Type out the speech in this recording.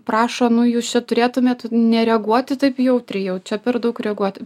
prašo nu jūs čia turėtumėt nereaguoti taip jautriai jau čia per daug reaguot